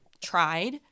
tried